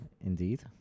Indeed